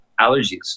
allergies